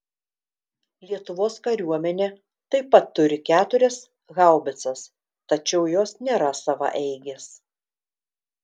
lietuvos kariuomenė taip pat turi keturias haubicas tačiau jos nėra savaeigės